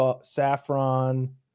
saffron